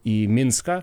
į minską